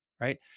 Right